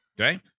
Okay